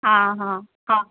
हाँ हाँ हाँ